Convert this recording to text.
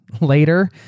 later